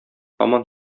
һаман